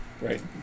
Right